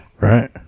Right